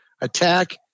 attack